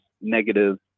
negative